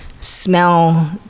smell